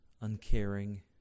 uncaring